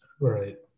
Right